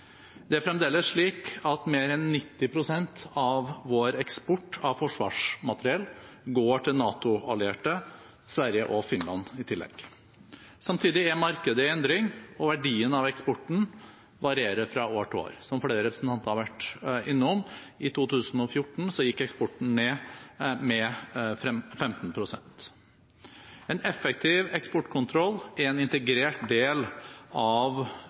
Det er fremdeles slik at mer enn 90 pst. av vår eksport av forsvarsmateriell går til NATO-allierte, og Sverige og Finland i tillegg. Samtidig er markedet i endring, og verdien av eksporten varierer fra år til år, som flere representanter har vært innom – og i 2014 gikk eksporten ned med 15 pst. En effektiv eksportkontroll er en integrert del av